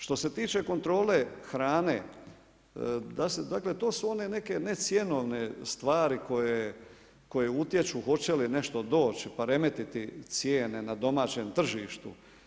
Što se tiče kontrole hrane, to su one neke necjenovne stvari koje utječu hoće li nešto doći, pa remetit cijene na domaćem tržištu.